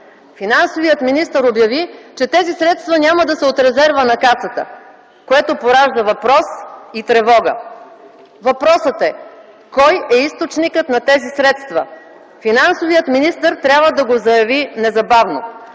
Финансовият министър обяви, че тези средства няма да са от резерва на Касата, което поражда въпрос и тревога. Въпросът е: кой е източникът на тези средства? Финансовият министър трябва да го заяви незабавно.